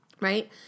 right